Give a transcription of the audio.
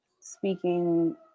speaking